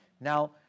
Now